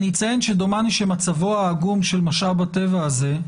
אני אציין שדומני שמצבו העגום של משאב הטבע הזה,